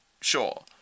sure